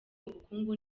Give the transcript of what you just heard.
ubukungu